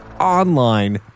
Online